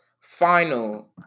final